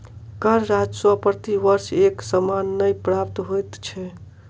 कर राजस्व प्रति वर्ष एक समान नै प्राप्त होइत छै